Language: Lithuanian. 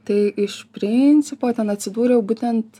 tai iš principo ten atsidūriau būtent